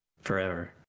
forever